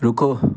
रुको